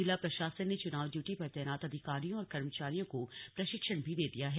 जिला प्रशासन ने चुनाव ड्यूटी पर तैनात अधिकारियों और कर्मचारियों को प्रशिक्षण भी दे दिया है